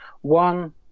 One